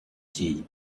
deep